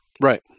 Right